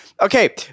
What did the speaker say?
Okay